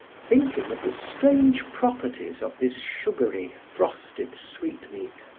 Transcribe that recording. thinking of the strange properties of this sugary, frosted sweetmeat.